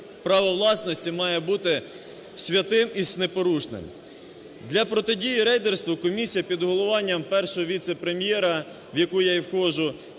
Право власності має бути святим і непорушним. Для протидії рейдерству комісія під головуванням Першого віце-прем'єра, в яку я і вхожу,